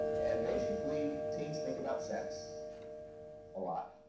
and basically, teens think about sex a lot.